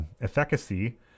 efficacy